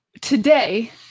today